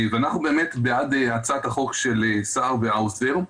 אנחנו בעד הצעת החוק של סער והאוזר,